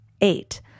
Eight